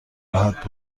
راحت